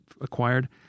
acquired